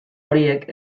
horiek